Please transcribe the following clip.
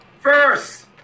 First